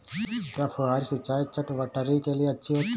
क्या फुहारी सिंचाई चटवटरी के लिए अच्छी होती है?